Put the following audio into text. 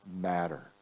matter